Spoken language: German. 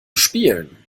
spielen